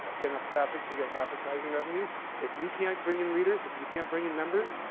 get enough traffic to get advertising revenue if you can't bring in readers, if you can't bring in members,